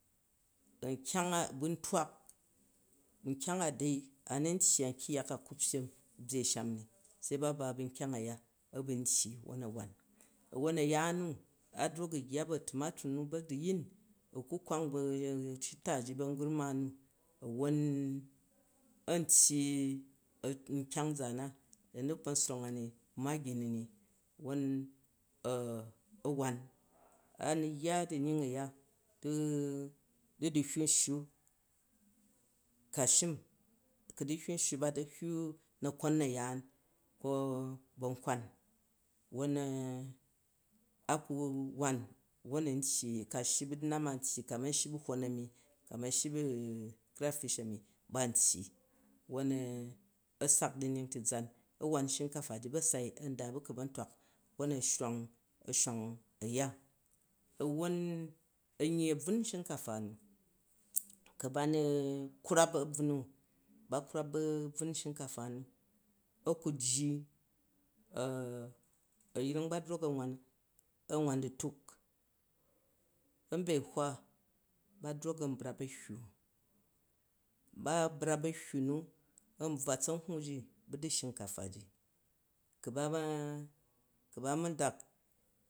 Nkyang a bu ntwak, nkyang a tei a ni tyyi an kyayya na ku byyi sham ni, ba ba bu nkyang uya a̱ bu n tyyi a̱wwon a̱ wan. Wwon a̱yaan nu, a̱ drok u̱ yya bu tunertur niu ba du̱ yin, u kwap bu shitaa ji bu du̱ yin, u kwai bu shitaa ji a̱gu̱rma nu, wwon antyyi nkyang nzaan a da̱ ni du̱. Kponswrong a ba ama gyi nu, wwon a̱ a̱ wan, a ni yya du̱ nying uya du̱ du̱hyyi nsshu, kạ ashim, ku̱ du̱hyyu sshu ba du̱hyyu na̱kon nayaan ko bankwan, wwon ea a ku wa wwon n tyyi, ku̱ ashyi bu du̱nan ku a ma̱ shiyi bu crafist a̱mi ban tyyi, wwon a sak du̱nyin ti zan, a wan shinkafa ji bạ sai an daa bu̱ kabantwak wwon a̱ shui, a̱ yaya. Wwon an yyi a̱ bvung she kafa nu, ku̱ ba ni e krwap a̱ bvum nu, ba krwap a̱bvum shingafa nu, a̱ ku̱ jyi a̱yring ba drok an wan du̱tuk, a̱benhwa ba drok an brap a̱hyyu. Ba brap a̱hyyu nu, an bvwa tsa̱nhwu ji bu̱ du̱ shinkafa ji ku̱ bare, ku ba mandak